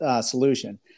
solution